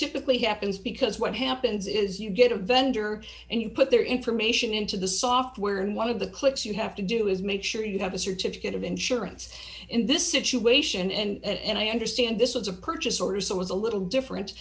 typically happens because what happens is you get a vendor and you put their information into the software and one of the clicks you have to do is make sure you have a certificate of insurance in this situation and i understand this was a purchase order so was a little different